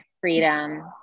freedom